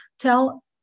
tell